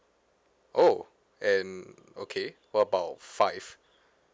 oh and okay what about five